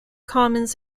commons